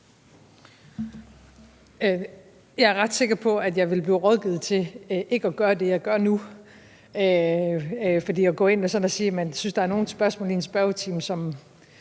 Jeg er ret sikker på, at jeg ville blive rådgivet til ikke at gøre det, jeg gør nu, nemlig at gå ind og sige, at man synes, der er nogle spørgsmål i en spørgetime, som